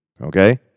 Okay